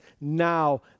now